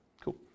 Cool